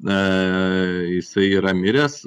na jisai yra miręs